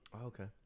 Okay